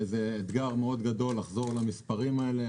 זה אתגר מאוד גדול לחזור למספרים האלה.